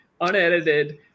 unedited